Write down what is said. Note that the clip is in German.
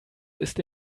ist